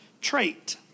trait